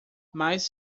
mas